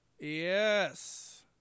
Yes